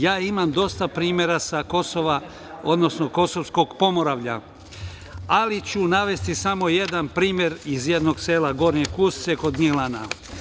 Ja imam dosta primera sa Kosova, odnosno Kosovskog Pomoravlja, ali ću navesti samo jedan primer iz jednog sela Gornje Kusce kod Gnjilana.